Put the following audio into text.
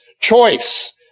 choice